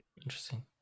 interesting